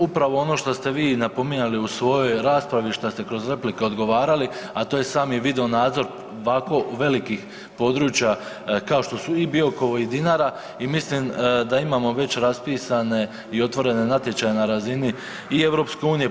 Upravo ono što ste vi napominjali u svojoj raspravi i što ste kroz replike odgovarali, a to je sami videonadzor ovako velikih područja kao što su i Biokovo, i Dinara i mislim da imamo već raspisane i otvorene natječaje na razini i Europske unije.